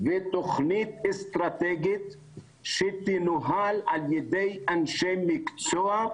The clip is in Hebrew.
ותוכנית אסטרטגית שתנוהל על ידי אנשי מקצוע,